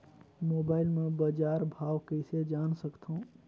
Mobile म बजार भाव कइसे जान सकथव?